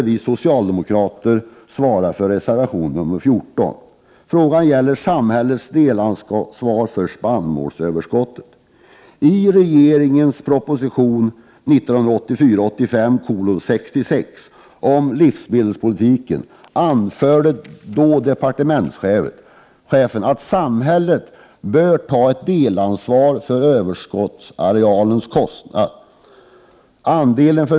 Vi socialdemokrater svarar för en reservation, nämligen nr 14. Den behandlar samhällets delansvar för spannmålsöverskottet. I regeringens proposition 1984/85:166 om livsmedelspolitiken anförde departementschefen att samhället bör ta ett delansvar för kostnaderna för överskottsarealen.